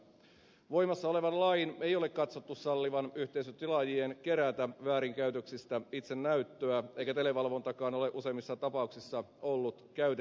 voimassa olevan lain ei ole katsottu sallivan yhteisötilaajien kerätä väärinkäytöksistä itse näyttöä eikä televalvontakaan ole useimmissa tapauksissa ollut käytettävissä